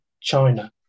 China